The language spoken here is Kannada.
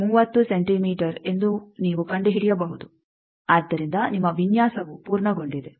095X30 ಸೆಂಟಿಮೀಟರ್ ಎಂದು ನೀವು ಕಂಡುಹಿಡಿಯಬಹುದು ಆದ್ದರಿಂದ ನಿಮ್ಮ ವಿನ್ಯಾಸವು ಪೂರ್ಣಗೊಂಡಿದೆ